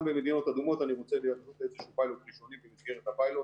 גם במדינות אדומות אני רוצה לעשות פיילוט ראשוני במסגרת הפיילוט